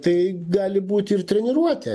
tai gali būti ir treniruotė